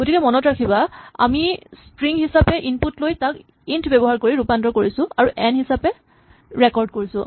গতিকে মনত ৰাখিবা আমি ষ্ট্ৰিং হিচাপে ইনপুট লৈ তাক ইন্ট ব্যৱহাৰ কৰি ৰূপান্তৰ কৰিছো আৰু এন হিচাপে ৰেকৰ্ড কৰিছো